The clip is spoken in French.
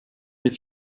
les